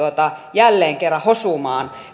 jälleen kerran hosumaan